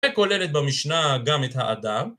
וכוללת במשנה גם את האדם.